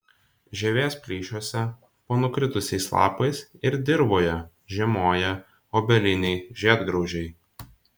žievės plyšiuose po nukritusiais lapais ir dirvoje žiemoja obeliniai žiedgraužiai